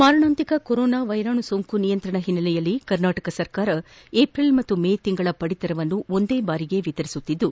ಮಾರಣಾಂತಿಕ ಕೊರೊನಾ ವೈರಾಣು ಸೋಂಕು ನಿಯಂತ್ರಣ ಹಿನ್ನೆಲೆಯಲ್ಲಿ ಕರ್ನಾಟಕ ಸರ್ಕಾರ ಏಪ್ರಿಲ್ ಮತ್ತು ಮೇ ತಿಂಗಳ ಪಡಿತರವನ್ನು ಒಂದೇ ಬಾರಿಗೆ ವಿತರಿಸುತ್ತಿದ್ದು